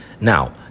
Now